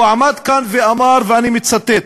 הוא עמד כאן ואמר, ואני מצטט: